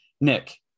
Nick